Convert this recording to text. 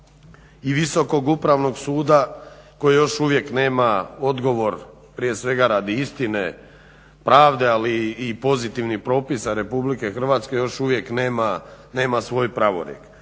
i Visokog upravnog suda koji još uvijek nema odgovor prije svega radi istine, pravde, ali i pozitivnih propisa Republike Hrvatske još uvijek nema svoj pravorijek.